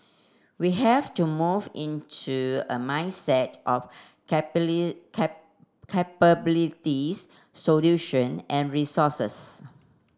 we have to move into a mindset of capabilities solution and resources